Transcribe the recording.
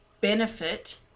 benefit